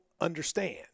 understand